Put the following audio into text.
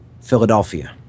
Philadelphia